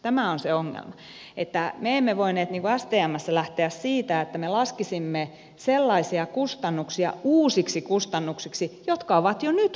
tämä on se ongelma että me emme voineet stmssä lähteä siitä että me laskisimme sellaisia kustannuksia uusiksi kustannuksiksi jotka ovat jo nyt kuntien velvoitteita